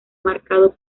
marcado